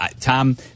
Tom